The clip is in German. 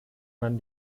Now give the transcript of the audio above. man